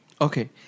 Okay